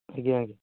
ଆଜ୍ଞା ଆଜ୍ଞା